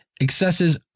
Excesses